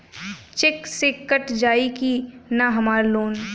Check से cut जाई की ना हमार लोन?